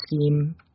scheme